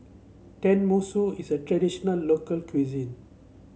tenmusu is a traditional local cuisine